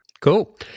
Cool